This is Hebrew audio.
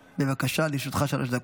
בבקשה, לרשותך שלוש דקות.